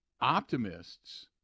optimists